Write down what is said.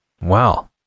Wow